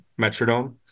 Metrodome